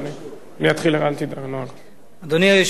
אני אתחיל, אדוני היושב-ראש,